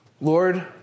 Lord